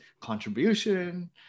contribution